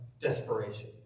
desperation